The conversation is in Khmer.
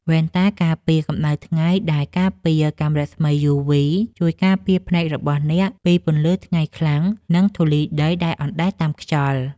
វ៉ែនតាការពារកម្ដៅថ្ងៃដែលការពារកាំរស្មីយូវី ជួយការពារភ្នែករបស់អ្នកពីពន្លឺថ្ងៃខ្លាំង និងធូលីដីដែលអណ្ដែតតាមខ្យល់។